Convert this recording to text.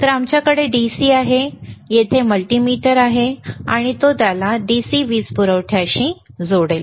तर आमच्याकडे DC आहे आमच्याकडे येथे मल्टीमीटर आहे आणि तो त्याला DC वीज पुरवठ्याशी जोडेल